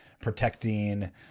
protecting